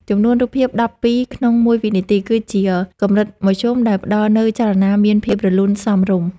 ចំនួនរូបភាពដប់ពីរក្នុងមួយវិនាទីគឺជាកម្រិតមធ្យមដែលផ្តល់នូវចលនាមានភាពរលូនសមរម្យ។